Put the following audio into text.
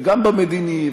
וגם במדיני,